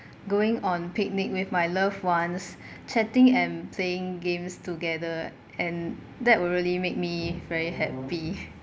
going on picnic with my loved ones chatting and playing games together and that would really make me very happy